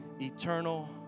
eternal